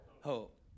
Hope